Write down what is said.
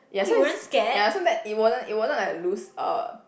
ya so it's ya so that it wasn't it wasn't like loose uh